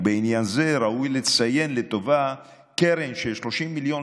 ובעניין זה ראוי לציין לטובה קרן של 30 מיליון